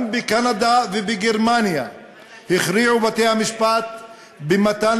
גם בקנדה ובגרמניה הכריעו בתי-המשפט במתן